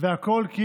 והכול כי